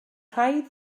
rhaid